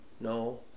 no